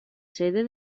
sede